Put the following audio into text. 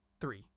Three